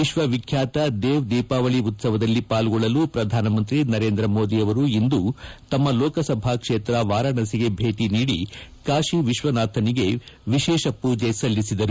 ವಿಶ್ವವಿಖ್ಯಾತ ದೇವ್ ದೀಪಾವಳಿ ಉತ್ಸವದಲ್ಲಿ ಪಾಲ್ಗೊಳ್ಳಲು ಪ್ರಧಾನಮಂತ್ರಿ ನರೇಂದ್ರ ಮೋದಿ ಇಂದು ತಮ್ಮ ಲೋಕಸಭಾ ಕ್ಷೇತ್ರ ವಾರಾಣಸಿಗೆ ಭೇಟ ನೀಡಿ ಕಾಶಿ ವಿಶ್ವನಾಥನಿಗೆ ವಿಶೇಷ ಪೂಜೆ ಸಲ್ಲಿಸಿದರು